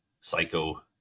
psycho